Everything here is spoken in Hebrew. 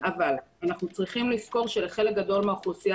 אבל אנו צריכים לזכור שלחלק גדול מהאוכלוסייה